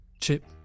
Chip